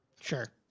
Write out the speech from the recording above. sure